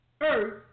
earth